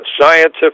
scientific